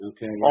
Okay